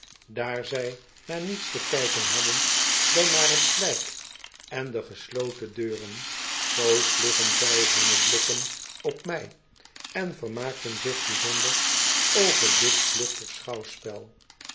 daar zij naar niets te kijken hadden dan naar t slijk en de gesloten deuren zoo sloegen zij hunne blikken op mij en ver maakten zich bijzonder o ver dit kluchtige schou